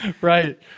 Right